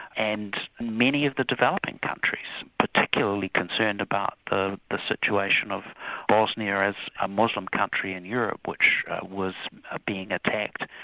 and many of the developing countries, particularly concerned about the the situation of bosnia as a muslim country in europe, which was ah being attacked,